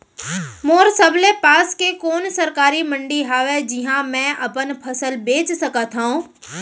मोर सबले पास के कोन सरकारी मंडी हावे जिहां मैं अपन फसल बेच सकथव?